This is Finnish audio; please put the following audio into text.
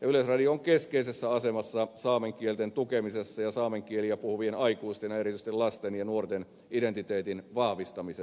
yleisradio on keskeisessä asemassa saamen kielten tukemisessa ja saamen kieliä puhuvien aikuisten ja erityisesti lasten ja nuorten identiteetin vahvistamisessa